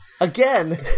again